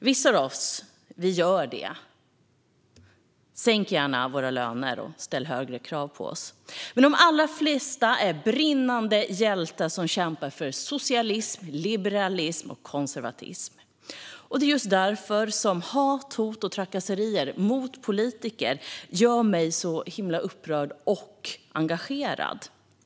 Vissa av oss gör det visserligen - sänk gärna våra löner och ställ högre krav på oss. Men de allra flesta är brinnande hjältar som kämpar för socialism, liberalism eller konservatism. Det är just därför hat, hot och trakasserier mot politiker gör - och alltid har gjort - mig så upprörd och engagerad.